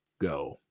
go